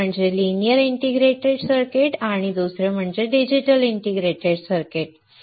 एक म्हणजे linear indicator circuits आणि दुसरे म्हणजे डिजिटल इंटिग्रेटेड सर्किट्स